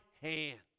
hand